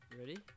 Ready